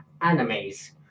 animes